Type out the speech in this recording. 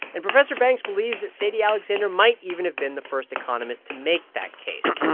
and professor banks believes that sadie alexander might even have been the first economist to make that case.